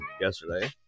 yesterday